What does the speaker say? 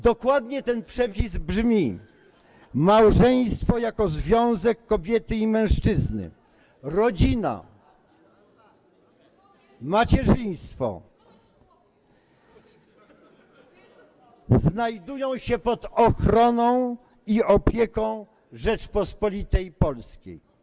Dokładnie ten przepis brzmi: Małżeństwo jako związek kobiety i mężczyzny, rodzina, macierzyństwo znajdują się pod ochroną i opieką Rzeczypospolitej Polskiej.